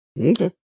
Okay